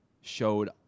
showed